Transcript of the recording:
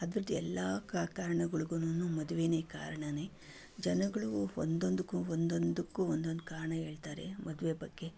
ಅದರದ್ದೆಲ್ಲ ಕಾರಣಗಳಿಗೂನು ಮದುವೆನೇ ಕಾರಣವೇ ಜನಗಳು ಒಂದೊಂದಕ್ಕೂ ಒಂದೊಂದಕ್ಕೂ ಒಂದೊಂದು ಕಾರಣ ಹೇಳ್ತಾರೆ ಮದುವೆ ಬಗ್ಗೆ